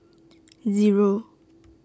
Zero